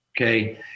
Okay